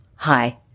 Hi